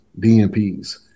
DMPs